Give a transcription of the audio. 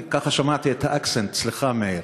אני ככה שמעתי את האקסנט, סליחה, מאיר.